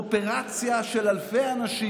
אופרציה של אלפי אנשים,